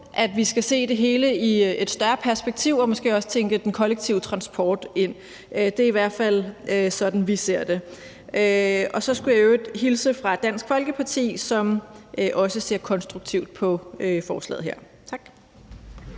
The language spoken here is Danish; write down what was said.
at vi skal se det hele i et større perspektiv og måske også tænke den kollektive transport ind. Det er i hvert fald sådan, vi ser det. Så skulle jeg i øvrigt hilse fra Dansk Folkeparti, som også ser konstruktivt på forslaget her. Tak.